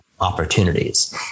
opportunities